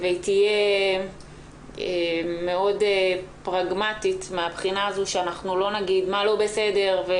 והיא תהיה מאוד פרגמטית מהבחינה הזו שאנחנו לא נגיד מה לא בסדר,